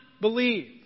believe